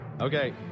okay